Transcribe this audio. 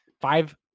five